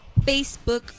Facebook